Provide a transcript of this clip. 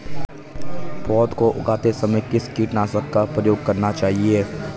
पौध को उगाते समय किस कीटनाशक का प्रयोग करना चाहिये?